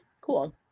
Cool